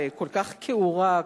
כל כך כעורה,